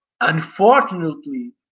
Unfortunately